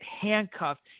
handcuffed